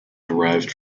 derived